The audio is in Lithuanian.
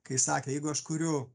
kai sakė jeigu aš kuriu